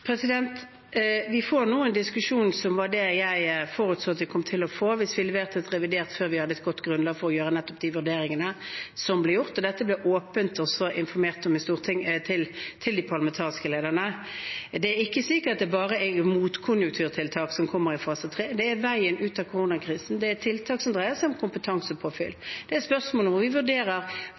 Vi får nå en diskusjon som var det jeg forutså at vi kom til å få hvis vi leverte et revidert før vi hadde et godt grunnlag for å gjøre nettopp de vurderingene som ble gjort. Dette ble åpent informert om i Stortinget til de parlamentariske lederne. Det er ikke slik at det bare er motkonjunkturtiltak som kommer i fase 3, det er veien ut av koronakrisen, det er tiltak som dreier seg om kompetansepåfyll. Det er spørsmål vi vurderer,